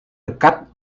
dekat